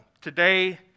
Today